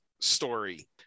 story